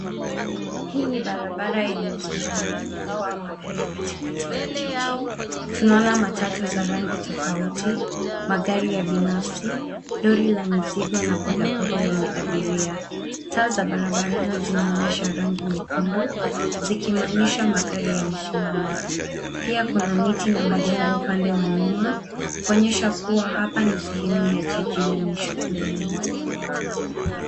Hii ni barabara yenye msongamano mkubwa wa magari katikati ya jiji. Tunaona matatu za rangi tofauti, magari ya binafsi, lori la mizigo na bodaboda yenye abiria. Taa za barabarani zinaonyesha rangi nyekundu zikimaanisha magari yamesimama. Pia kuna miti na majengo upande wa nyuma, kuonyesha kuwa hapa ni sehemu ya jiji lenye shughuli mingi.